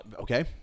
okay